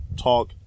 talk